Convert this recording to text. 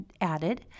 Added